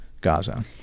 Gaza